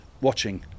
watching